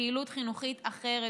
פעילות חינוכית אחרת".